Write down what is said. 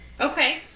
okay